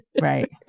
Right